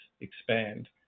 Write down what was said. expand